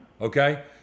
okay